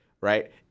right